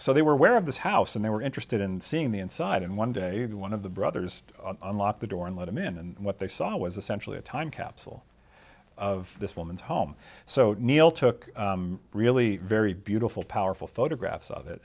so they were aware of this house and they were interested in seeing the inside and one day that one of the brothers unlocked the door and let him in and what they saw was essentially a time capsule of this woman's home so neil took really very beautiful powerful photographs of it